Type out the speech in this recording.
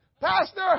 Pastor